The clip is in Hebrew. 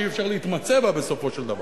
שאי-אפשר להתמצא בה בסופו של דבר.